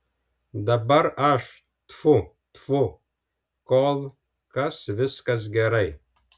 dabar aš tfu tfu kol kas viskas gerai